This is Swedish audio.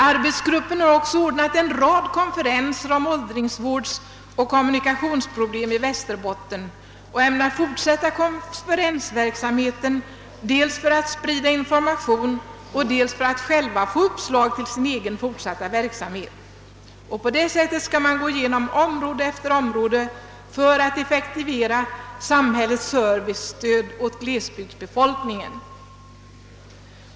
Arbetsgruppen har också ordnat en rad konferenser om åldringsvårdsoch kommunikationsproblem i Västerbotten och ämnar fortsätta konferensverksamheten dels för att sprida information, dels för att få uppslag till sin egen fortsatta verksamhet. På det sättet skall den gå igenom område efter område för att effektivisera samhällets service åt glesbygdsbefolkningen.